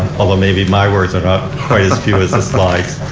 maybe my words are not as few as the slides.